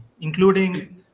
including